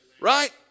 right